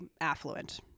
affluent